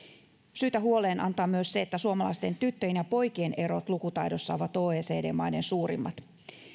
syytä huoleen antaa myös se että suomalaisten tyttöjen ja poikien erot lukutaidossa ovat oecd maiden suurimmat